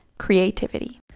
creativity